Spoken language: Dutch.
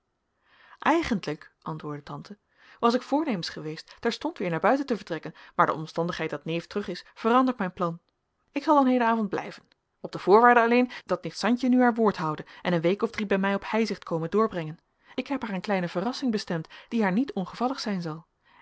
eigentlijk antwoordde tante was ik voornemens geweest terstond weêr naar buiten te vertrekken maar de omstandigheid dat neef terug is verandert mijn plan ik zal dan heden avond blijven op de voorwaarde alleen dat nicht santje nu haar woord houde en een week of drie bij mij op heizicht kome doorbrengen ik heb haar een kleine verrassing bestemd die haar niet ongevallig zijn zal